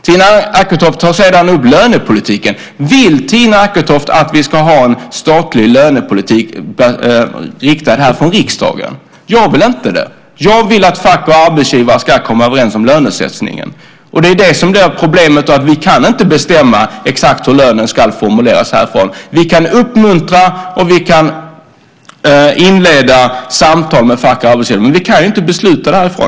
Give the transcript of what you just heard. Tina Acketoft tar sedan upp lönepolitiken. Vill Tina Acketoft att vi ska ha en statlig lönepolitik, riktad från riksdagen? Jag vill inte ha det. Jag vill att fack och arbetsgivare ska komma överens om lönesättningen. Problemet är att vi inte kan bestämma härifrån exakt hur lönerna ska formuleras. Vi kan uppmuntra, och vi kan inleda samtal med fack och arbetsgivare. Men vi kan inte besluta det härifrån.